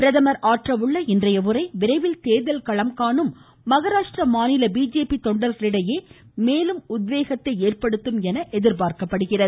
பிரதமர் ஆற்ற உள்ள இன்றைய உரை விரைவில் தேர்தல் களம் காணும் மகாராஷ்டிர மாநிலம் பிஜேபி தொண்டர்களிடையே மேலும் உத்வேகத்தை ஏற்படுத்தும் என எதிர்பார்க்கப்படுகிறது